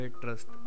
trust